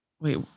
wait